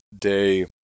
Day